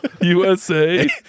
USA